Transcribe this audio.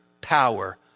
power